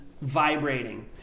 vibrating